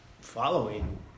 following